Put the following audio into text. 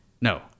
No